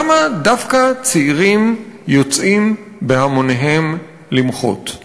למה דווקא צעירים יוצאים בהמוניהם למחות.